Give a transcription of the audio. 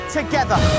together